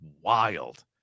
wild